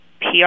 PR